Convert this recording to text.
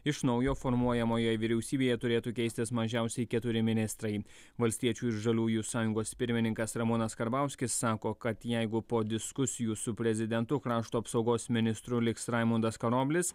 iš naujo formuojamoje vyriausybėje turėtų keistis mažiausiai keturi ministrai valstiečių ir žaliųjų sąjungos pirmininkas ramūnas karbauskis sako kad jeigu po diskusijų su prezidentu krašto apsaugos ministru liks raimundas karoblis